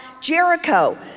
Jericho